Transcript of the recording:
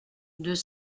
deux